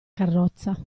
carrozza